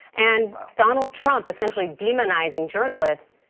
and donald trump essentially demonizing journalists,